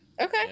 okay